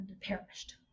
perished